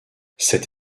cette